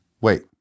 Wait